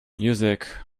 music